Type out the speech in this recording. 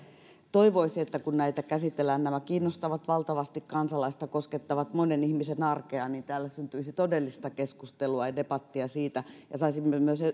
toivoisin että kun näitä käsitellään nämä kiinnostavat valtavasti kansalaista koskettavat monen ihmisen arkea niin täällä syntyisi todellista keskustelua ja debattia ja saisimme